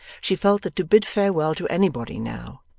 she felt that to bid farewell to anybody now,